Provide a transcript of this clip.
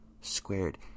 squared